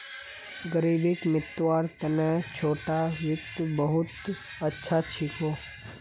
ग़रीबीक मितव्वार तने छोटो वित्त बहुत अच्छा छिको